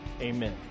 amen